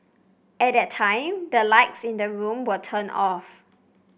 at that time the lights in the room were turned off